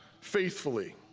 faithfully